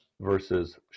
versus